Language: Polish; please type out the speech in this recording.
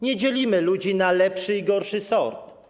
Nie dzielimy ludzi na lepszy i gorszy sort.